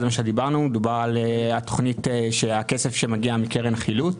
מדובר על הכסף שמגיע מקרן החילוט,